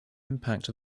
impact